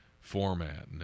format